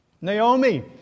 Naomi